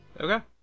Okay